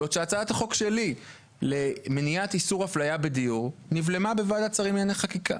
בעוד שהצעת החוק שלי לאיסור אפליה בדיור נבלמה בוועדת שרים לחקיקה.